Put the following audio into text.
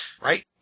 right